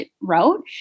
wrote